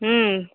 ம்